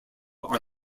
are